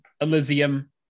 Elysium